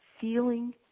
feeling